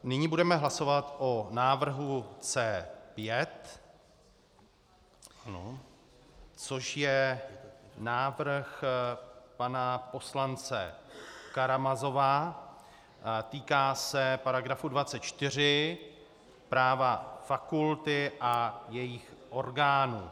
Nyní budeme hlasovat o návrhu C5, což je návrh pana poslance Karamazova, týká se § 24 Práva fakult a jejich orgánů.